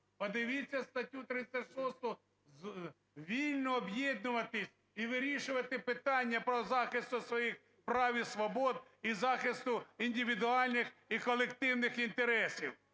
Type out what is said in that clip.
Подивіться статтю 36: вільно об'єднуватись і вирішувати питання по захисту своїх прав і свобод, і захисту індивідуальних і колективних інтересів.